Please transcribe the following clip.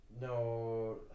no